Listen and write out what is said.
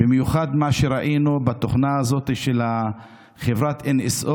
במיוחד מה שראינו בתוכנה הזאת של חברת NSO